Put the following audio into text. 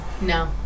No